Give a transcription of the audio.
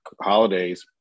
holidays